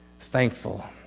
thankful